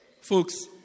Folks